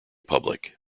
public